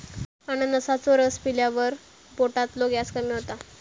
अननसाचो रस पिल्यावर पोटातलो गॅस कमी होता